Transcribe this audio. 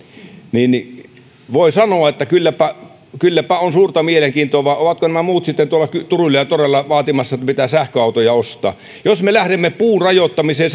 voi sanoa että kylläpä kylläpä on suurta mielenkiintoa vai ovatko nämä muut sitten tuolla turuilla ja toreilla vaatimassa että pitää sähköautoja ostaa jos me lähdemme puun rajoittamiseen